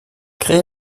crée